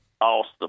awesome